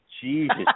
Jesus